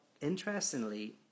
interestingly